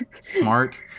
smart